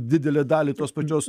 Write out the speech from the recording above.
didelę dalį tos pačios